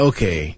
Okay